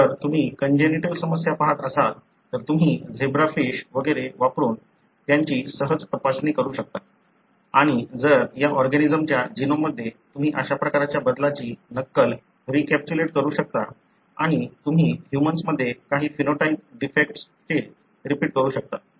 जर तुम्ही कन्जेनिटल समस्या पाहत असाल तर तुम्ही झेब्रा फिश वगैरे वापरून त्यांची सहज तपासणी करू शकता आणि जर या ऑर्गॅनिजमच्या जीनोममध्ये तुम्ही अशा प्रकारच्या बदलाची नक्कल रिकॅपिच्युलेट करू शकता आणि तुम्ही ह्यूमन्समध्ये काही फिनोटाइप डिफेक्टसचे रिपीट करू शकता